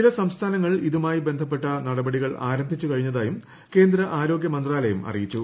ചില സംസ്ഥാനങ്ങൾ ഇതുമായി ബന്ധപ്പെട്ട നടപടികൾ ആരംഭിച്ച് കഴിഞ്ഞതായും കേന്ദ്ര ആരോഗ്യ മന്ത്രാലയം അറിയിച്ചു